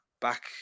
back